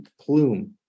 plume